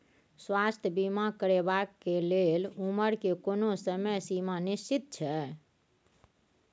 स्वास्थ्य बीमा करेवाक के लेल उमर के कोनो समय सीमा निश्चित छै?